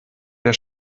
der